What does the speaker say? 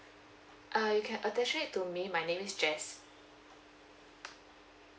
err you can attention it to me my name is jess